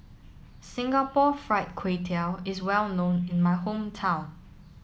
Singapore Fried Kway Tiao is well known in my hometown